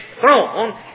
throne